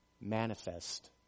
manifest